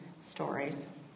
stories